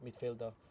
midfielder